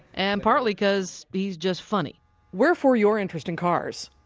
and partly cause he's just funny wherefore your interest in cars?